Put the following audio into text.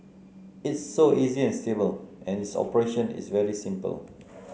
it's so easy and stable and its operation is very simple